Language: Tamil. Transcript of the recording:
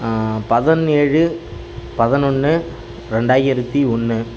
பதினேழு பதினொன்று ரெண்டாயிரத்தி ஒன்று